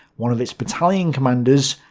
one of its battalion commanders,